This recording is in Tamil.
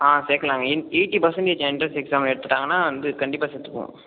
சேர்க்கலாங்க in eighty percentage entrance exam எடுத்துட்டாங்கனா வந்து கண்டிப்பாக சேர்த்துப்போம்